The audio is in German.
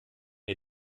wir